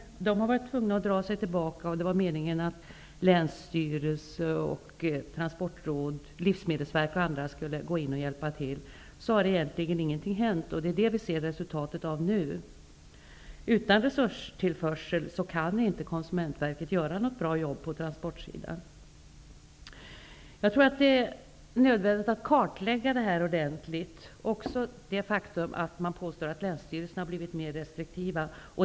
Det var meningen att bl.a. länsstyrelse, transportråd och livsmedelsverk skulle hjälpa till då Konsumentverket var tvunget att dra sig tillbaka, men ingenting har hänt. Det ser vi resultatet av nu. Utan resurstillförsel kan inte Konsumentverket göra ett bra jobb vad gäller transporterna. Det är nödvändigt att kartlägga förhållandena ordentligt -- också det faktum att man påstår att länsstyrelserna har blivit mer restriktiva.